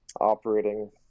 operating